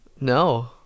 No